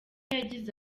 yagize